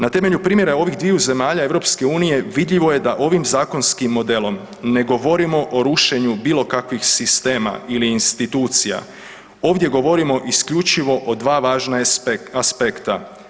Na temelju primjera ovih dviju zemalja EU vidljivo je da ovim zakonskim modelom ne govorimo o rušenju bilo kakvih sistema ili institucija, ovdje govorimo isključivo o dva važna aspekta.